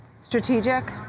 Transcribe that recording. strategic